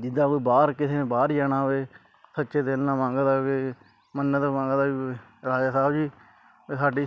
ਜਿੱਦਾਂ ਕੋਈ ਬਾਹਰ ਕਿਸੇ ਨੇ ਬਾਹਰ ਜਾਣਾ ਹੋਵੇ ਸੱਚੇ ਦਿਲ ਨਾਲ ਮੰਗਦਾ ਵੀ ਮੰਨਤ ਮੰਗਦਾ ਵੀ ਰਾਜਾ ਸਾਹਿਬ ਜੀ ਵੀ ਸਾਡੀ